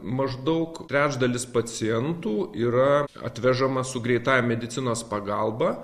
maždaug trečdalis pacientų yra atvežama su greitąja medicinos pagalba